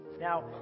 Now